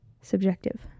subjective